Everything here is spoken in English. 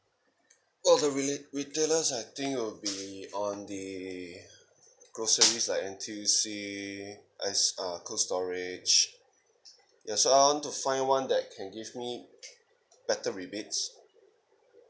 oh the rela~ retailers I think will be on the groceries like N_T_C as ah Cold Storage ya so I want to find one that can give me better rebates